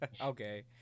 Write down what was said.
Okay